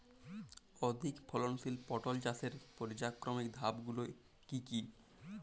অধিক ফলনশীল পটল চাষের পর্যায়ক্রমিক ধাপগুলি কি কি?